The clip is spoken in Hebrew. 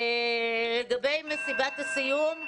לגבי מסיבת הסיום.